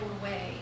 away